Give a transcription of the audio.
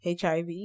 HIV